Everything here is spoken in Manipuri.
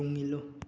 ꯇꯨꯡ ꯏꯜꯂꯨ